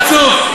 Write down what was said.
חצוף.